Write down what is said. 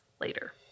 later